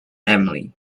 emily